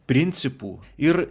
principų ir